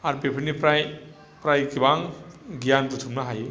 आरो बेफोरनिफ्राय फ्राय गोबां गियान बुथुमनो हायो